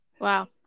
Wow